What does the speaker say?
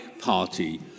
party